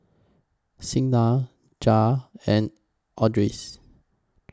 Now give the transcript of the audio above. Signa Jahir and Andres